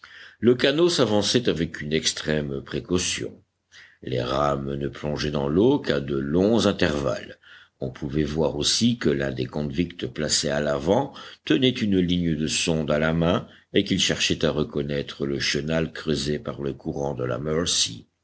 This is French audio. le canot s'avançait avec une extrême précaution les rames ne plongeaient dans l'eau qu'à de longs intervalles on pouvait voir aussi que l'un des convicts placés à l'avant tenait une ligne de sonde à la main et qu'il cherchait à reconnaître le chenal creusé par le courant de la mercy